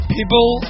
People